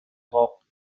foc